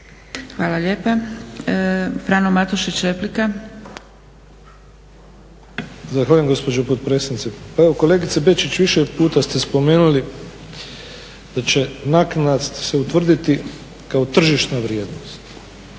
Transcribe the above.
Hvala lijepa. Frano Matušić, replika. **Matušić, Frano (HDZ)** Zahvaljujem gospođo potpredsjednice. Pa evo kolegice Bečić više puta ste spomenuli da će se naknada utvrditi kao tržišna vrijednost,